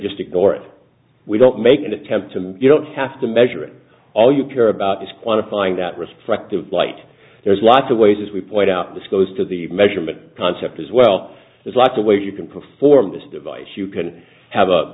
just ignore it we don't make an attempt to you don't have to measure it all you care about is quantifying that restrictive light there's lots of ways as we point out this goes to the measurement concept as well as lots of ways you can perform this device you can have a